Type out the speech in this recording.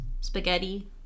spaghetti